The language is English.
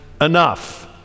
enough